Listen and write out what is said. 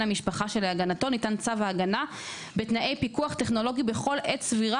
המשפחה שלהגנתו ניתן צו ההגנה בתנאי פיקוח טכנולוגי בכל עת סבירה